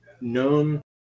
known